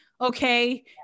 Okay